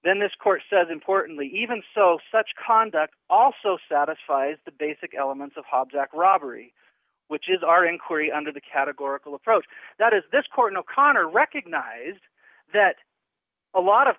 then this court says importantly even so such conduct also satisfies the basic elements of hobbs act robbery which is our inquiry under the categorical approach that is this court o'connor recognized that a lot of